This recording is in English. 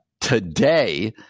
today